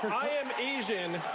i am asian,